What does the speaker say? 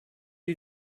you